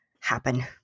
happen